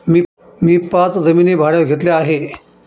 मी पाच जमिनी भाड्यावर घेतल्या आहे